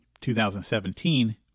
2017